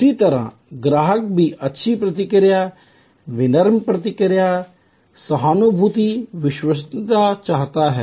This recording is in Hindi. उसी तरह ग्राहक भी अच्छी प्रतिक्रिया विनम्र प्रतिक्रिया सहानुभूति विश्वसनीयता चाहता है